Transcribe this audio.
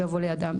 שיבוא לידם,